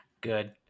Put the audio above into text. Good